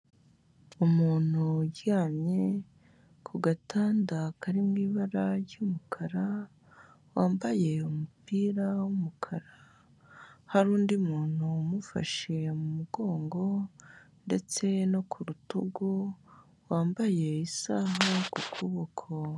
Umuntu uryamye ku gatanda kari mu ibara ry'umukara wambaye umupira w'umukara, hari undi muntu umufashe mu mugongo ndetse no ku rutugu wambaye isaha ku kuboko.